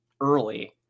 early